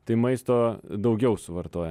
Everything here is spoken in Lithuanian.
tai maisto daugiau suvartoja